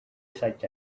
such